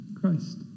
Christ